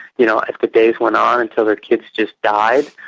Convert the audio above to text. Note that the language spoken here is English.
you know, as the days went on until their kids just died.